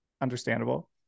understandable